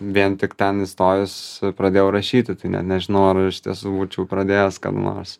vien tik ten įstojus pradėjau rašyti tai net nežinau ar iš tiesų būčiau pradėjęs kada nors